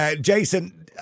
Jason